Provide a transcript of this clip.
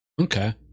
Okay